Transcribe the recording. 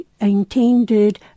intended